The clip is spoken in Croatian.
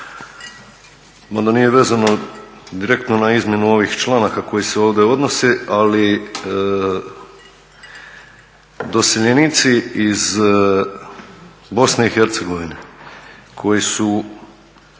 ma da nije vezano direktno na izmjenu ovih članaka koji su ovdje odnose, ali doseljenici iz BiH koji su